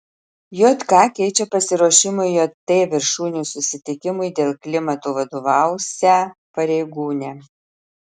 jk keičia pasiruošimui jt viršūnių susitikimui dėl klimato vadovausią pareigūnę